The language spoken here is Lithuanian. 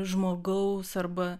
žmogaus arba